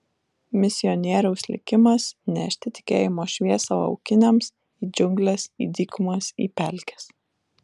misionieriaus likimas nešti tikėjimo šviesą laukiniams į džiungles į dykumas į pelkes